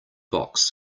box